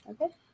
Okay